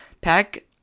Pack